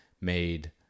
made